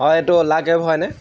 হয় এইটো Ola cab হয়নে